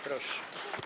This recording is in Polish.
Proszę.